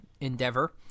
endeavor